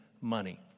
money